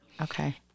Okay